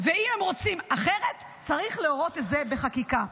ואם הם רוצים אחרת, צריך להורות את זה בחקיקה.